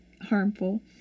harmful